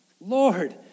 Lord